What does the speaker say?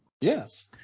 Yes